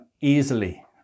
easily